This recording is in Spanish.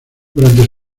durante